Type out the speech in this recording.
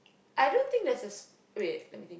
I don't think there's a sp~ wait let me think